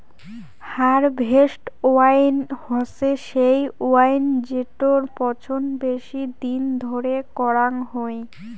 harvest wine হসে সেই wine জেটোর পচন বেশি দিন ধরে করাং হই